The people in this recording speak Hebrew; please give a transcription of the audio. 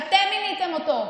אתם מיניתם אותו.